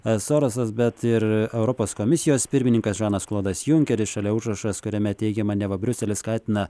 sorasas bet ir europos komisijos pirmininkas žanas klodas junkeris šalia užrašas kuriame teigiama neva briuselis skatina